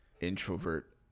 introvert